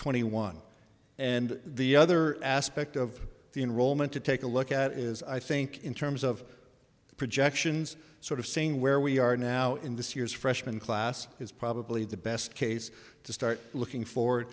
twenty one and the other aspect of the enrollment to take a look at is i think in terms of the projections sort of seeing where we are now in this year's freshman class is probably the best case to start looking for